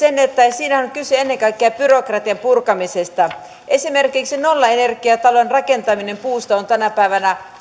siinähän on kyse ennen kaikkea byrokratian purkamisesta esimerkiksi nollaenergiatalon rakentaminen puusta on tänä päivänä